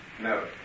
No